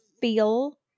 feel